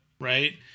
right